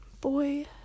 boy